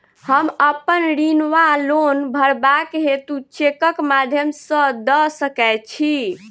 हम अप्पन ऋण वा लोन भरबाक हेतु चेकक माध्यम सँ दऽ सकै छी?